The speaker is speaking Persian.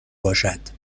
باشد